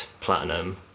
Platinum